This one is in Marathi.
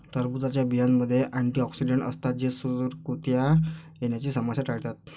टरबूजच्या बियांमध्ये अँटिऑक्सिडेंट असतात जे सुरकुत्या येण्याची समस्या टाळतात